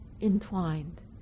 entwined